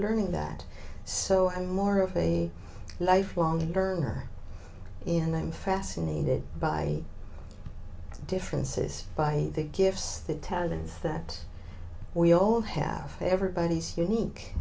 learning that so i'm more of a lifelong learner and i'm fascinated by the differences by the gifts the talents that we all have everybody's unique